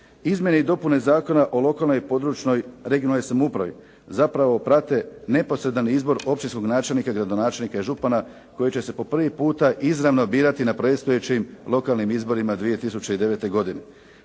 Izmjene i dopune Zakona o lokalnoj i područnoj (regionalnoj) samoupravi zapravo prate neposredan izbor općinskog načelnika, gradonačelnika i župana koji će se po prvi puta izravno birati na predstojećim lokalnim izborima 2009. godine.